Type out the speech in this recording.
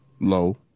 low